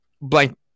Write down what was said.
blank